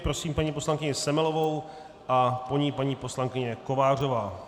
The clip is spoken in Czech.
Prosím paní poslankyni Semelovou a po ní paní poslankyně Kovářová.